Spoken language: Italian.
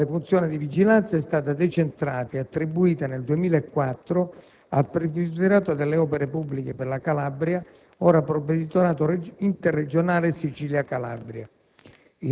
Tale funzione di vigilanza è stata decentrata e attribuita nel 2004 al Provveditorato alle opere pubbliche per la Regione Calabria, ora Provveditorato interregionale Sicilia-Calabria.